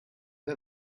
wer